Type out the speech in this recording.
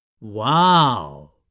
Wow